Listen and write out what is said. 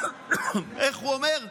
איך הוא אומר?